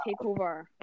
takeover